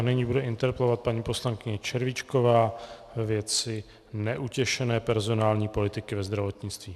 Nyní bude interpelovat paní poslankyně Červíčková ve věci neutěšené personální politiky ve zdravotnictví.